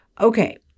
Okay